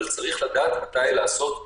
אבל צריך לדעת מתי לעשות לואו-טק.